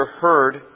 heard